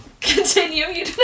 Continue